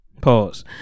pause